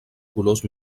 colors